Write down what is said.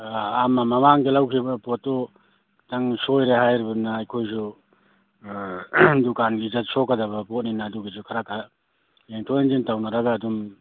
ꯑꯥ ꯑꯃ ꯃꯃꯥꯡꯗ ꯂꯧꯈ꯭ꯔꯤꯕ ꯄꯣꯠꯇꯨ ꯈꯤꯇꯪ ꯁꯣꯏꯔꯦ ꯍꯥꯏꯔꯤꯕꯅꯤꯅ ꯑꯩꯈꯣꯏꯁꯨ ꯗꯨꯀꯥꯟꯒꯤꯗ ꯁꯣꯛꯀꯗꯕ ꯄꯣꯠꯅꯤꯅ ꯑꯗꯨꯒꯤꯁꯨ ꯈꯔ ꯈꯛ ꯌꯦꯡꯊꯣꯛ ꯌꯦꯡꯁꯤꯟ ꯇꯧꯅꯔꯒ ꯑꯗꯨꯝ